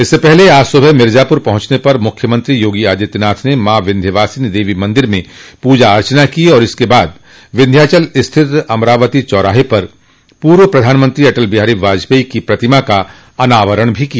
इससे पूर्व आज सुबह मिर्जापुर पहुंचने पर मुख्यमंत्री योगी आदित्यनाथ ने माँ विन्ध्यवासिनी देवी मंदिर में पूजा अर्चना की और इसके बाद विन्ध्याचल स्थित अमरावती चौराहे पर पूर्व प्रधानमंत्री अटल बिहारी वाजपेई की प्रतिमा का अनावरण भी किया